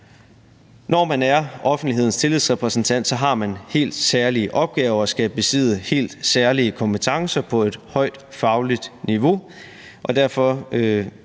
Når man er offentlighedens tillidsrepræsentant, har man helt særlige opgaver og skal besidde helt særlige kompetencer på et højt fagligt niveau,